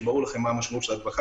שברור לכם מה המשמעות של הדבקה,